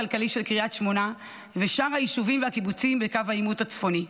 הכלכלי של קריית שמונה ושאר היישובים והקיבוצים בקו העימות הצפוני,